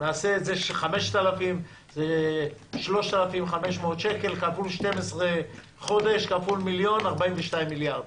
נעשה את זה 3,500 שקל כפול 12 חודש כפול מיליון = 42 מיליארד.